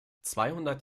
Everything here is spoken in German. zweihundert